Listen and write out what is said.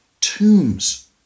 tombs